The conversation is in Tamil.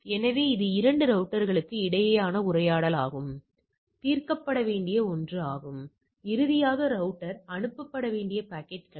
எனவே 1 கட்டின்மை கூறுகளுக்காக இருமுனை 0